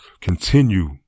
continue